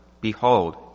Behold